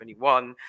2021